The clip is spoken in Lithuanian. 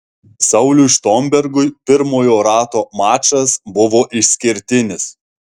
sauliui štombergui pirmojo rato mačas buvo išskirtinis